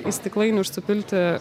į stiklainius užsipilti